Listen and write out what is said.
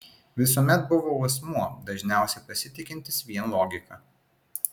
visuomet buvau asmuo dažniausiai pasitikintis vien logika